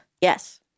Yes